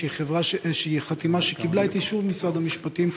שהיא חתימה שקיבלה את אישור משרד המשפטים,